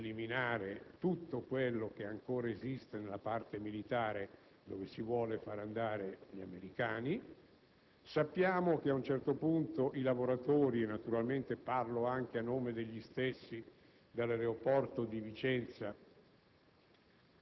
per eliminare tutto quello che ancora esiste nella parte dove si vuole far andare gli americani; sappiamo che ad un certo punto i lavoratori (naturalmente parlo anche a nome di quelli dell'aeroporto di Vicenza)